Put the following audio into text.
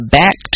back